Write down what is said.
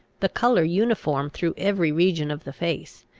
the colour uniform through every region of the face,